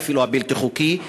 ואפילו הבלתי-חוקי,